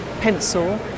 pencil